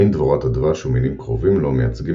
המין דבורת הדבש ומינים קרובים לו מייצגים